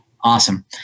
Awesome